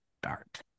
start